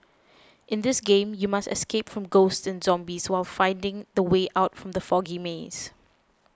in this game you must escape from ghosts and zombies while finding the way out from the foggy maze